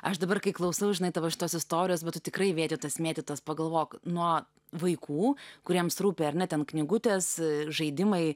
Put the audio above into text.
aš dabar kai klausau žinai tavo šitos istorijos metu tikrai vėtytas mėtytas pagalvok nuo vaikų kuriems rūpi ar ne ten knygutės žaidimai